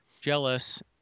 jealous